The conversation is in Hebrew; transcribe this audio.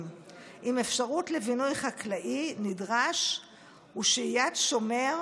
עם אפשרות לבינוי חקלאי נדרש ושהיית שומר,